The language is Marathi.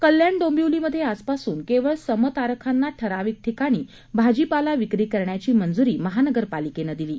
कल्याण डोंबिवलीमध्ये आजपासून केवळ सम तारखांना ठराविक ठिकाणी भाजीपाला विक्री करण्याची मंजुरी महापालिकेने दिली आहे